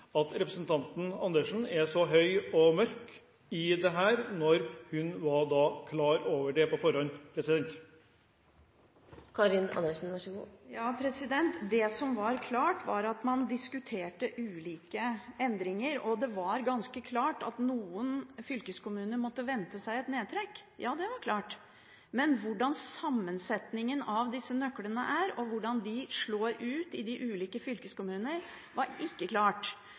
at representanten Andersen er så høy og mørk i forbindelse med dette, når hun var klar over det på forhånd. Det som var klart, var at man diskuterte ulike endringer, og det var ganske klart at noen fylkeskommuner måtte vente seg et nedtrekk – ja, det var klart. Men sammensetningen av disse nøklene, og hvordan de slår ut i de ulike fylkeskommuner, var ikke klart.